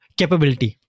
capability